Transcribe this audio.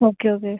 okay okay